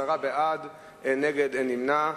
עשרה בעד, אין נגד, אין נמנעים.